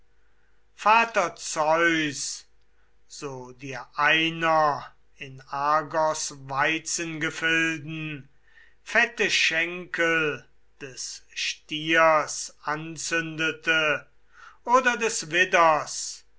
vater zeus so dir einer in argos weizengefilden fette schenkel des stiers anzündete oder des widders